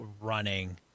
running